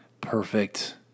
perfect